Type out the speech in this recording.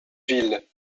ville